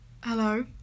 Hello